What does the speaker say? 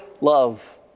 love